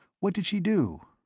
what did she do?